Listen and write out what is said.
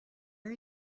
are